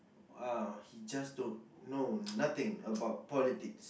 ah he just don't know nothing about politics